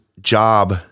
Job